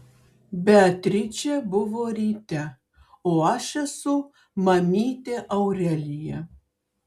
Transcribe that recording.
beatričė buvo ryte o aš esu mamytė aurelija